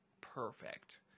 perfect